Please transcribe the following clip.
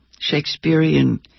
Shakespearean